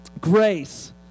Grace